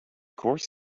course